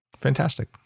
fantastic